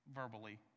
verbally